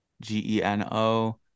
G-E-N-O